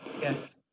Yes